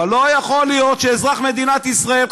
אבל לא יכול להיות שאזרח מדינת ישראל,